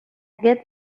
get